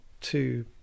two